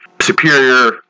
superior